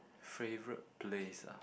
favourite place ah